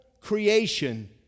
creation